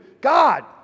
God